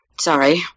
sorry